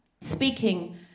speaking